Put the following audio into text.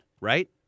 right